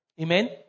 Amen